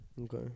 Okay